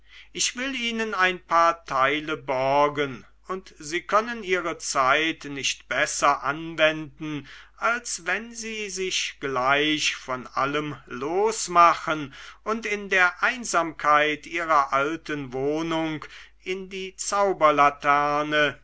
ich will ihnen ein paar teile borgen und sie können ihre zeit nicht besser anwenden als wenn sie sich gleich von allem losmachen und in der einsamkeit ihrer alten wohnung in die